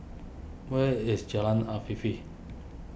where is Jalan Afifi